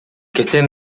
кетем